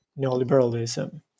neoliberalism